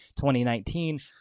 2019